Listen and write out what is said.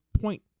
point